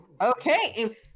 okay